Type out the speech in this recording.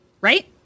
right